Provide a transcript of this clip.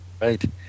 right